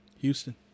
Houston